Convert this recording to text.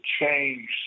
change